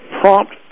prompt